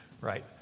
right